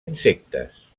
insectes